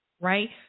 right